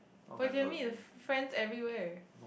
for you can meet friends every where